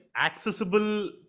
accessible